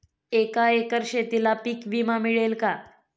एका एकर शेतीला पीक विमा मिळेल का?